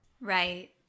Right